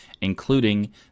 including